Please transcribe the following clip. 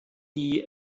die